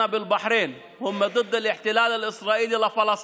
יש לנו ביטחון מלא שבני עמנו בבחריין הם נגד הכיבוש הישראלי של פלסטין,